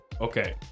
okay